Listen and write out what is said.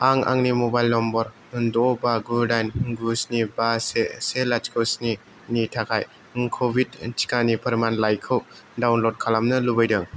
आं आंनि mobile number द' बा गु दाइन गु स्नि बा से से लाथिख' स्निनि थाखाय क'विड टिकानि फोरमानलाइखौ डाउनल'ड खालामनो लुबैदों